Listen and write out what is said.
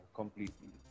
completely